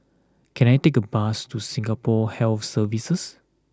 can I take a bus to Singapore Health Services